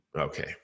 Okay